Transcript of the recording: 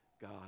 God